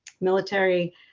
military